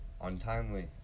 Untimely